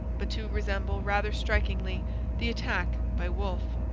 but to resemble rather strikingly the attack by wolfe.